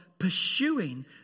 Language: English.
pursuing